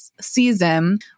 season